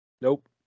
Nope